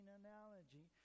analogy